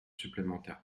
supplémentaire